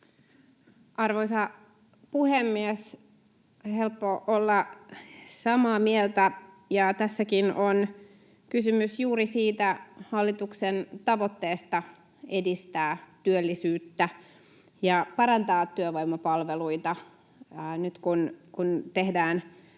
Arvoisa puhemies! On helppo olla samaa mieltä. Ja tässäkin on kysymys juuri siitä hallituksen tavoitteesta edistää työllisyyttä ja parantaa työvoimapalveluita nyt, kun tehdään myös